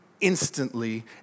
instantly